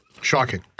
Shocking